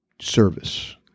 service